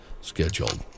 scheduled